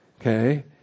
Okay